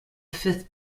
fifth